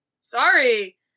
sorry